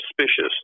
suspicious